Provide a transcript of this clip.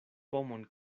pomon